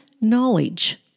knowledge